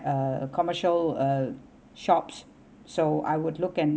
uh a commercial uh shops so I would look and